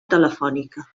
telefònica